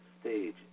stage